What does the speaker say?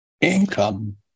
income